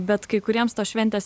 bet kai kuriems tos šventės